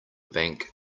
bank